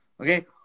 Okay